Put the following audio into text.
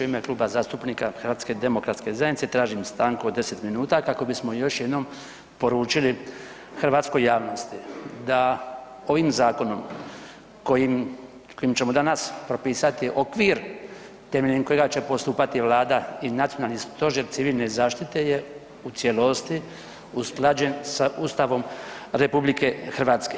U ime Kluba zastupnika HDZ-a tražim stanku od 10 minuta kako bismo još jednom poručili hrvatskoj javnosti da ovim zakonom kojim, kojim ćemo danas propisati okvir temeljem kojeg će postupati vlada i Nacionalni stožer civilne zaštite je u cijelosti usklađen sa Ustavom RH.